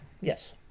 Yes